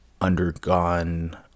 undergone